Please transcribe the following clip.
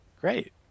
Great